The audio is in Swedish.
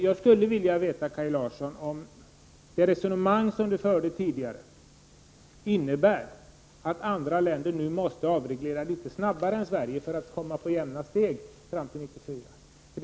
Jag skulle vilja veta om det resonemang som Kaj Larsson tidigare förde innebär att andra länder nu måste avreglera snabbare än Sverige för att kunna hålla jämna steg fram till 1994.